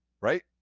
Right